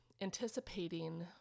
anticipating